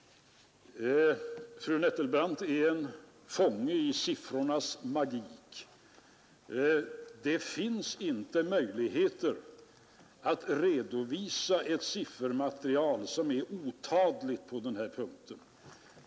Fru Nettelbrandt är en fånge i siffrornas magik. Det finns inte möjligheter att redovisa ett siffermaterial som är otadligt på denna punkt.